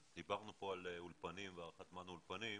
דיברנו פה על האולפנים ועל הארכת הזמן של האולפנים,